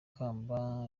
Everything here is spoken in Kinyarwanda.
ikamba